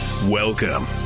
Welcome